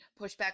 pushback